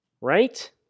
right